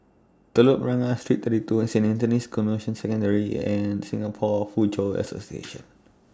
Telok Blangah Street thirty two Saint Anthony's Canossian Secondary and Singapore Foochow Association